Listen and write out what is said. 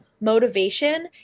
motivation